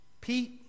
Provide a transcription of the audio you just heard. Pete